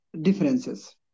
differences